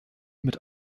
mit